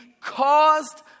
caused